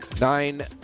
Nine